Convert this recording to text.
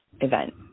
event